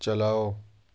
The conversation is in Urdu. چلاؤ